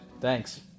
Thanks